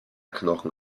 knochen